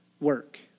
work